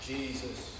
Jesus